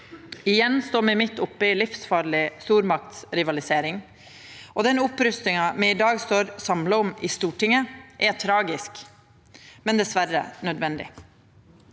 Igjen står me midt oppe i livsfarleg stormaktsrivalisering. Den opprustinga me i dag står samla om i Stortinget, er tragisk, men dessverre nødvendig.